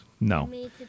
No